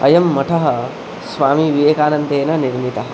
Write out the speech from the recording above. अयं मठः स्वामीविवेकानन्देन निर्मितः